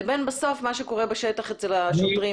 לבין מה שקורה בשטח אצל בשוטרים.